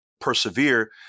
persevere